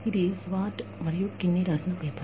ఇది స్వార్ట్ మరియు కిన్నీ రాసిన పేపర్